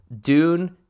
dune